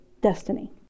destiny